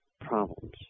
problems